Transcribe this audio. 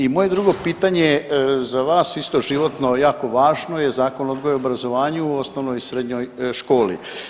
I moje drugo pitanje za vas isto životno jako važno je Zakon o odgoju i obrazovanju osnovnoj i srednjoj školi.